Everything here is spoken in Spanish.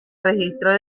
registro